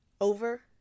over